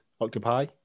octopi